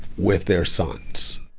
with their sons.